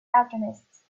alchemists